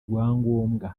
rwangombwa